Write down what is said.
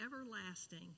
everlasting